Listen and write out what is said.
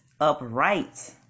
upright